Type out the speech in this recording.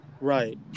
Right